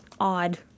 odd